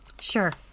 Sure